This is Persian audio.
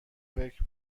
فکر